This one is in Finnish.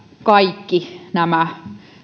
kaikki nämä